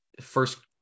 first